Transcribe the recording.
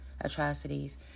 atrocities